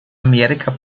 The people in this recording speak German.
amerika